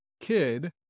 kid